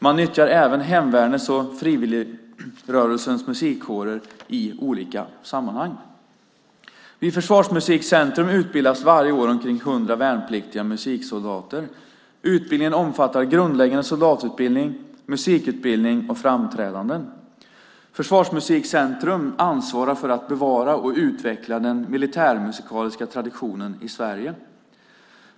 Man nyttjar även hemvärnets och frivilligrörelsens musikkårer i olika sammanhang. Vid Försvarsmusikcentrum utbildas varje år omkring 100 värnpliktiga musiksoldater. Utbildningen omfattar grundläggande soldatutbildning, musikutbildning och framträdanden. Försvarsmusikcentrum ansvarar för att bevara och utveckla den militärmusikaliska traditionen i Sverige.